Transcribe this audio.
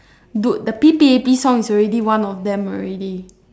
dude the P_P_A_P song is already one of them already